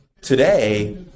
Today